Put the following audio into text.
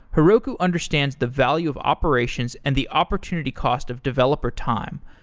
heroku understands the value of operations and the opportunity cost of developer time.